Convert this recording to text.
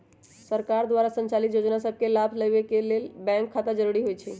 सरकार द्वारा संचालित जोजना सभके लाभ लेबेके के लेल बैंक खता जरूरी होइ छइ